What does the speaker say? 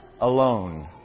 alone